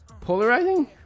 polarizing